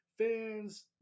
Fans